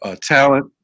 talent